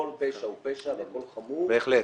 כל פשע הוא פשע והכול חמור,